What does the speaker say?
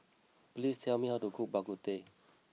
please tell me how to cook Bak Kut Teh